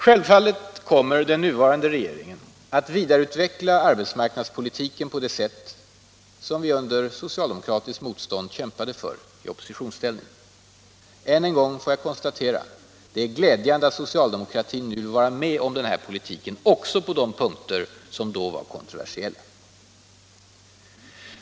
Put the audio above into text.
Självfallet kommer den nuvarande regeringen att vidareutveckla arbetsmarknadspolitiken på det sätt som vi under socialdemokratiskt motstånd kämpade för i oppositionsställning. Än en gång får jag konstatera: det är glädjande att socialdemokraterna nu vill vara med om den här politiken, också på de punkter som tidigare var kontroversiella.